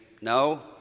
No